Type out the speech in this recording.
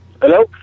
Hello